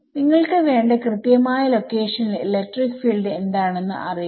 നിങ്ങൾക്ക് വേണ്ട കൃത്യമായ ലൊക്കേഷനിൽ ഇലക്ട്രിക് ഫീൽഡ് എന്താണെന്ന് അറിയണം